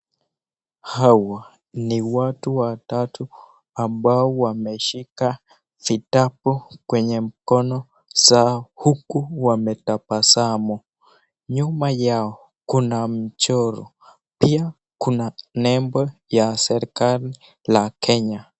Hawa ni watu watatu ambao wameshika vitabu kwenye mikono zao, huku wametabasamu, nyuma yao kuna michoro, pia kuna nembo ya serikali la Kenya.